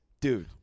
Dude